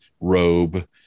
robe